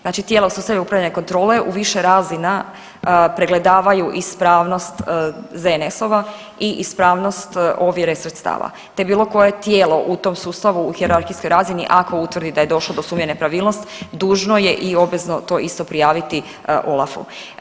Znači tijela u sustavu upravljanja i kontrole u više razina pregledavaju ispravnost ZNS-ova i ispravnost ovjere sredstava te bilo koje tijelo u tom sustavu u hijerarhijskoj razini, ako utvrdi da je došlo do sumnje na nepravilnost, dužno je i obvezno to isto prijaviti OLAF-u.